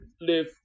live